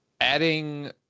adding